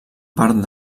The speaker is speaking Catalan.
part